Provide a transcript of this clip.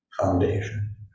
foundation